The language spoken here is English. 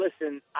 listen